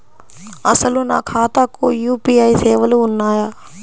అసలు నా ఖాతాకు యూ.పీ.ఐ సేవలు ఉన్నాయా?